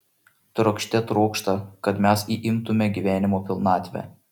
trokšte trokšta kad mes įimtume gyvenimo pilnatvę